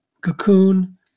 cocoon